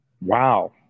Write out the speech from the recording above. Wow